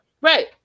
Right